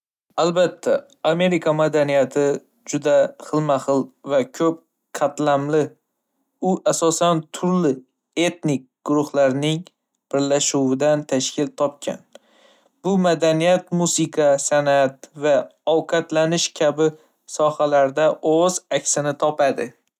Albatta! Amerika madaniyati juda xilma-xil va ko'p qatlamli. U asosan turli etnik guruhlarning birlashuvidan tashkil topgan. Bu madaniyat musiqa, san'at, va ovqatlanish kabi sohalarda o'z aksini topadi.